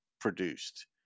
produced